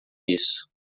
isso